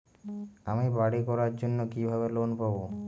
আমি বাড়ি করার জন্য কিভাবে লোন পাব?